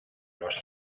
los